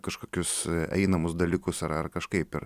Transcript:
kažkokius einamus dalykus ar ar kažkaip ir